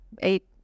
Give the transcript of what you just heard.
eight